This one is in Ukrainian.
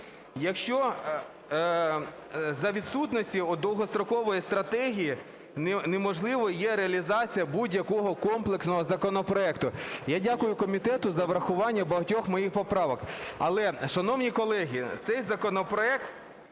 За відсутності у довгострокової стратегії неможливою є реалізація будь-якого комплексного законопроекту. Я дякую комітету за врахування багатьох моїх поправок. Але, шановні колеги, цей законопроект